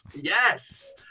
Yes